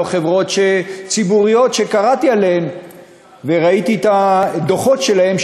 חברות ציבוריות שקראתי עליהן וראיתי את הדוחות שלהן,